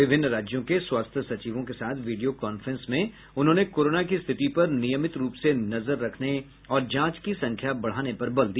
विभिन्न राज्यों के स्वास्थ्य सचिवों के साथ वीडियो कांफ्रेंस में उन्होंने कोरोना की स्थिति पर नियमित रूप से नजर रखने और जांच की संख्या बढ़ाने पर बल दिया